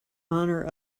honour